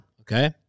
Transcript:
okay